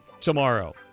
tomorrow